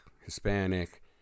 Hispanic